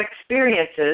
experiences